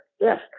Yes